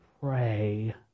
pray